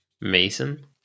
Mason